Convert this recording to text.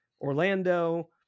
Orlando